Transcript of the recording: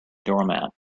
doormat